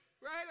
Right